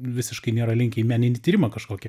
visiškai nėra linkę į meninį tyrimą kažkokį